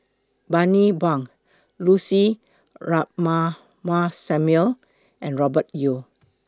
Bani Buang Lucy Ratnammah Samuel and Robert Yeo